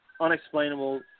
unexplainable